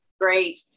Great